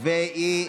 ובכן,